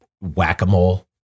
whack-a-mole